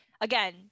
again